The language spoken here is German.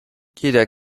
jeder